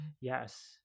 Yes